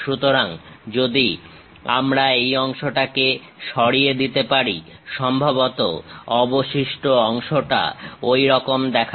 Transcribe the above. সুতরাং যদি আমরা এই অংশটাকে সরিয়ে দিতে পারি সম্ভবত অবশিষ্ট অংশটা ঐরকম দেখাবে